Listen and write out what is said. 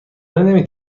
نمی